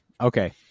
okay